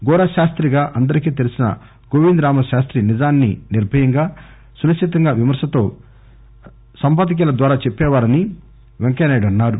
గోరా శాస్తి గా అందరికీ తెలిసిన గోవింద్ రామ శాస్తి నిజాన్ని నిర్భయంగా సునిశిత విమర్నతో సంపాదకీయాల ద్వారా చెప్పేవారని వెంకయ్య నాయుడు అన్నారు